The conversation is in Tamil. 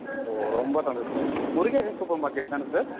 ஓ ரொம்ப சந்தோஷம் சார் முருகேசன் சூப்பர் மார்க்கெட் தான சார்